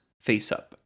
face-up